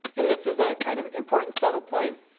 and this is a kind of important settle point,